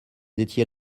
étiez